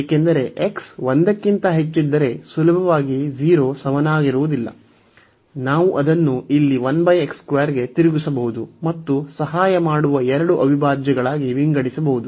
ಏಕೆಂದರೆ x 1 ಕ್ಕಿಂತ ಹೆಚ್ಚಿದ್ದರೆ ಸುಲಭವಾಗಿ 0 ಗೆ ಸಮನಾಗಿರುವುದಿಲ್ಲ ನಾವು ಅದನ್ನು ಇಲ್ಲಿ ಗೆ ತಿರುಗಿಸಬಹುದು ಮತ್ತು ಸಹಾಯ ಮಾಡುವ ಎರಡು ಅವಿಭಾಜ್ಯಗಳಾಗಿ ವಿಂಗಡಿಸಬಹುದು